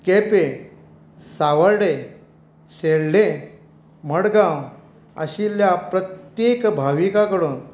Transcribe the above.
केपें सावर्डे शेल्डे मडगांव आशिल्ल्या प्रत्येक भाविका कडून